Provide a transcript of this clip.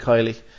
Kylie